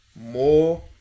more